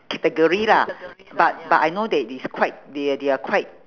category lah but but I know that is quite they're they're quite